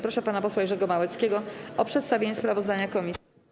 Proszę pana posła Jerzego Małeckiego o przedstawienie sprawozdania komisji.